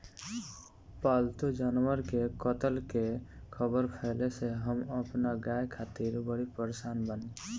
पाल्तु जानवर के कत्ल के ख़बर फैले से हम अपना गाय खातिर बड़ी परेशान बानी